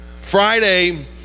Friday